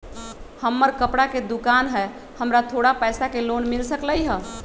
हमर कपड़ा के दुकान है हमरा थोड़ा पैसा के लोन मिल सकलई ह?